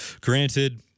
granted